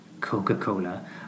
Coca-Cola